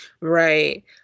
right